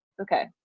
Okay